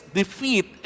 defeat